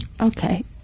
Okay